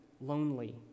lonely